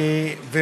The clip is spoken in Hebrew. המינימום,